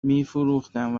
میفروختم